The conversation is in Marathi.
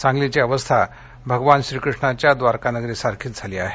सांगलीची अवस्था ही भगवान श्रीकृष्णाच्या द्वारकानगरीसारखीच झाली आहे